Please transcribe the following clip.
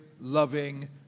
loving